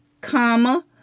comma